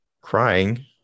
Crying